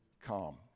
calm